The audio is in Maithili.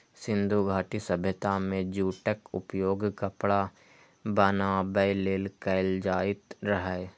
सिंधु घाटी सभ्यता मे जूटक उपयोग कपड़ा बनाबै लेल कैल जाइत रहै